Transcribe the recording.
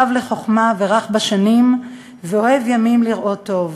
אב בחוכמה ורך בשנים ואוהב ימים לראות טוב,